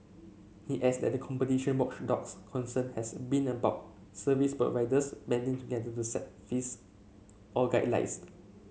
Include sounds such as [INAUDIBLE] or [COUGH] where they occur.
he adds that the competition watchdog's concern has been about service providers banding together to set fees or guidelines [UNINTELLIGIBLE]